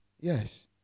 Yes